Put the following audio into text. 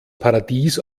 paradies